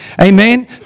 Amen